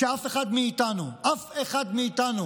שאף אחד מאיתנו, אף אחד מאיתנו,